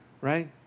right